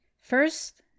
First